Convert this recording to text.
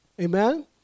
Amen